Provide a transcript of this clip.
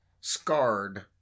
scarred